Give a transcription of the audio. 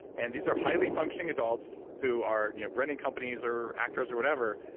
and these are highly functioning adults who are you know running companies or actors or whatever.